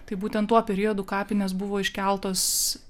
tai būtent tuo periodu kapinės buvo iškeltos